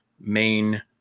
main